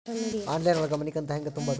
Online ಒಳಗ ಮನಿಕಂತ ಹ್ಯಾಂಗ ತುಂಬುದು?